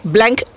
Blank